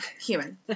human